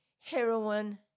heroin